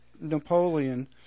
Napoleon